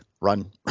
run